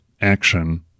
action